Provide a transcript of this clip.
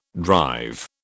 drive